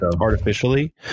artificially